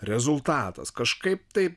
rezultatas kažkaip taip